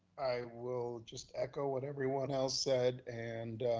i will just echo what everyone else said and